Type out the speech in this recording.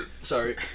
Sorry